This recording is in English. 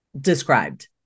described